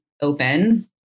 open